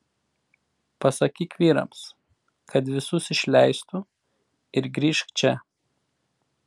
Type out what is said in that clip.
pasakyk vyrams kad visus išleistų ir grįžk čia